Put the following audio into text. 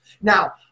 Now